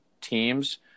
teams